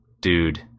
dude